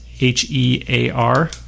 H-E-A-R